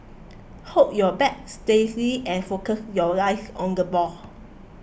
hold your bat steady and focus your eyes on the ball